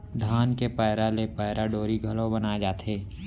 धान के पैरा ले पैरा डोरी घलौ बनाए जाथे